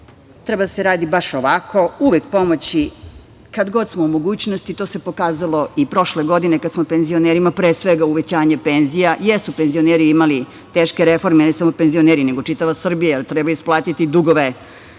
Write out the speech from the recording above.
treba da se radi baš ovako, uvek pomoći, kad god smo u mogućnosti. To se pokazalo i prošle godine, kada smo penzionerima, pre svega, uvećanje penzija. Jesu penzioneri imali teške reforme, ne samo penzioneri, nego čitava Srbija, treba isplatiti dugove